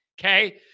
okay